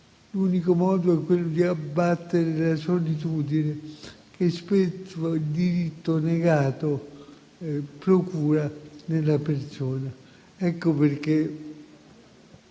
L'unico modo è quello di abbattere la solitudine che spesso il diritto negato procura nella persona. Per